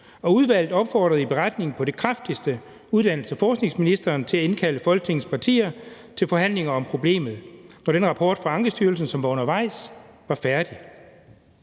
Udvalget opfordrede i beretningen på det kraftigste uddannelses- og forskningsministeren til at indkalde Folketingets partier til forhandlinger om problemet, når den rapport fra Ankestyrelsen, som var undervejs, var færdig.